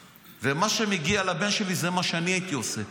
ומה שמגיע לבן שלי, זה מה שאני הייתי עושה,